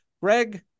Greg